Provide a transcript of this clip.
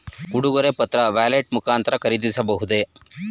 ಉಡುಗೊರೆ ಪತ್ರ ವ್ಯಾಲೆಟ್ ಮುಖಾಂತರ ಖರೀದಿಸಬಹುದೇ?